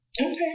okay